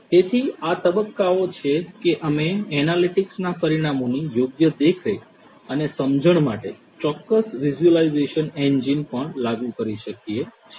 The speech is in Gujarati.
તેથી તે આ તબક્કાઓ છે કે અમે એનાલિટીક્સ ના પરિણામોની યોગ્ય દેખરેખ અને સમજણ માટે ચોક્કસ વિઝ્યુલાઇઝેશન એન્જિન પણ લાગુ કરી શકીએ છીએ